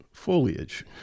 foliage